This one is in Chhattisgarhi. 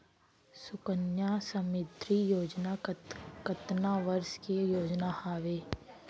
सुकन्या समृद्धि योजना कतना वर्ष के योजना हावे?